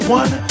one